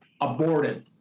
aborted